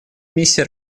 миссии